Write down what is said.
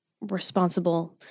responsible